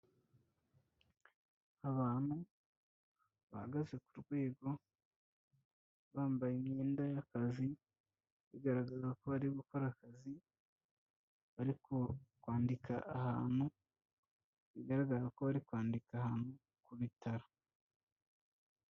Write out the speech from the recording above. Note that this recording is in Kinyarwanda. Abantu bahagaze ku rwego, bambaye imyenda y'akazi, bigaragaza ko bari gukora akazi, bari kwandika ahantu, bigaragara ko bari kwandika ahantu ku bitaro.